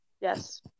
yes